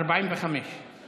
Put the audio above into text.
ולעבור ל-45.